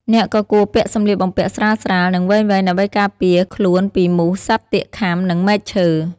អ្នកក៏គួរពាក់សម្លៀកបំពាក់ស្រាលៗ និងវែងៗដើម្បីការពារខ្លួនពីមូស សត្វទាកខាំ និងមែកឈើ។